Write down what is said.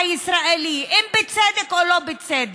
האם מישהו היה בא ואומר: